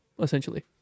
essentially